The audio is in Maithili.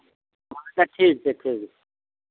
अच्छा ठीक छै ठीक छै